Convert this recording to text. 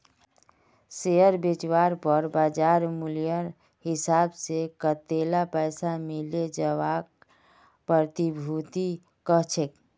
share बेचवार पर बाज़ार मूल्येर हिसाब से वतेला पैसा मिले जवाक प्रतिभूति कह छेक